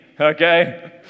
okay